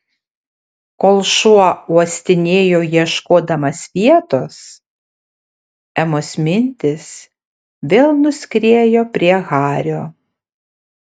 kol šuo uostinėjo ieškodamas vietos emos mintys vėl nuskriejo prie hario